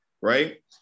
right